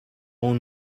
اون